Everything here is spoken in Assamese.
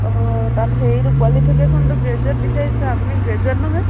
অঁ তাত হেৰিটো কোৱালিফিকেশ্যনটো গ্ৰেজুৱেট বিচাৰিছে আপুনি গ্ৰেজুৱেট নহয়